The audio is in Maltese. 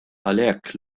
għalhekk